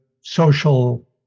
social